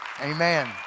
Amen